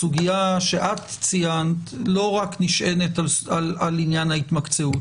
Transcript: הסוגיה שאת ציינת לא רק נשענת על עניין התמקצעות.